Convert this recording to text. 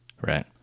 right